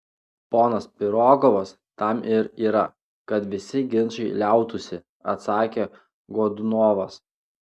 ponas pirogovas tam ir yra kad visi ginčai liautųsi atsakė godunovas